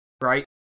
right